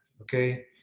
Okay